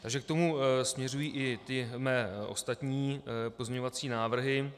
Takže k tomu směřují i mé ostatní pozměňovací návrhy.